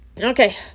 Okay